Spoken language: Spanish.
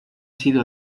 sido